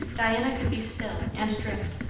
diana could be still and drift.